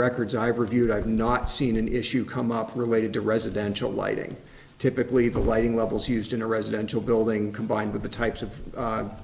records i've reviewed i've not seen an issue come up related to residential lighting typically the lighting levels used in a residential building combined with the types of